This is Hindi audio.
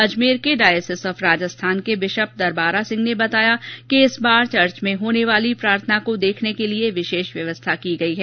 अजमेर के डायसिस ऑफ राजस्थान के बिशप दरबारा सिंह ने बताया कि इस बार चर्च में होने वाली प्रार्थना को देखने के लिए विशेष व्यवस्था की गई है